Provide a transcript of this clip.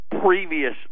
previous